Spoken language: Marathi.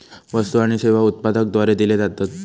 वस्तु आणि सेवा उत्पादकाद्वारे दिले जातत